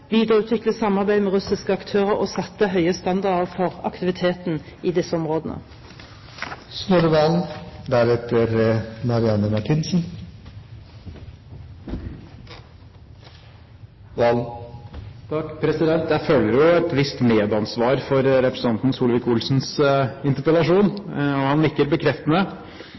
videreutvikle samarbeidet med russiske aktører og sette høye standarder for aktiviteten i disse områdene. Jeg føler jo et visst medansvar for representanten Solvik-Olsens interpellasjon – og han nikker bekreftende.